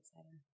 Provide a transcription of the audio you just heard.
exciting